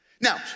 Now